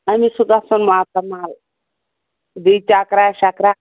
أمِس چھُ گژھُن ماتامال بیٚیہِ چَکرا شَکرا